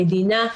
המדינה,